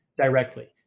directly